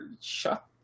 shut